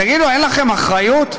תגידו, אין לכם אחריות?